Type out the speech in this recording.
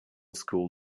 school